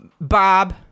Bob